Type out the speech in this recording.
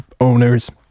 owners